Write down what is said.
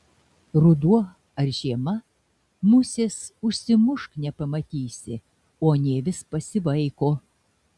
ruduo ar žiema musės užsimušk nepamatysi o anie vis pasivaiko